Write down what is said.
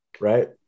right